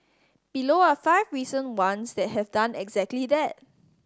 below are five recent ones that have done exactly that